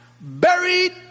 buried